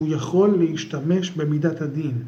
הוא יכול להשתמש במידת הדין.